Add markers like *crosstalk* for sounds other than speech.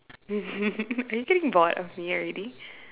*laughs* are you getting bored of me already